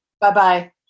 Bye-bye